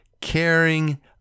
caring